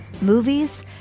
movies